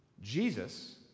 Jesus